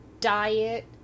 diet